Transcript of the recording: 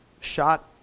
shot